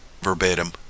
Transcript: verbatim